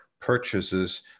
purchases